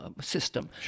system